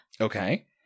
Okay